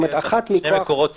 אמרתי, שני מקורות סמכות.